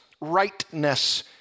rightness